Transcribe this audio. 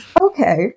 okay